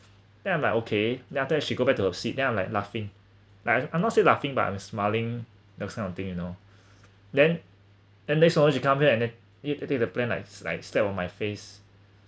then I'm like okay then after that she go back to her sit then I'm like laughing like I'm not say laughing but I'm smiling like some of thing you know then then she come here and then y~ take the pen like like slap on my face